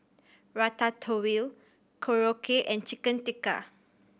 Ratatouille Korokke and Chicken Tikka